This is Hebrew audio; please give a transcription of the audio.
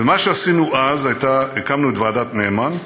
ומה שעשינו אז, הקמנו את ועדת נאמן,